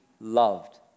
loved